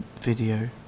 video